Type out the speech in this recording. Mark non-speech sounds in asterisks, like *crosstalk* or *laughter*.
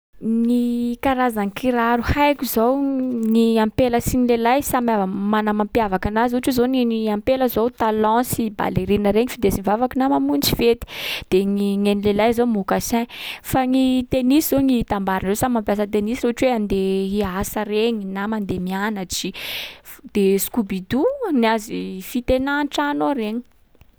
Ny karazan-kiraro haiko zao, ny ampela sy ny lelahy samy ava- mana ny mampiavaka anazy. Ohatra zao ny an’ny ampela zao talon sy ballerine regny findesiny mivavaky na mamonjy fety. De gny- ny an’ny lelahy zao moccasin. Fa gny tennis zao gny itambara reo samy mampiasa tennis, ohatra hoe andeha hiasa regny na mandeha mianatry. *noise* Fo- de scoubidou ny azy fitenà an-trano regny.